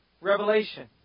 revelation